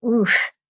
Oof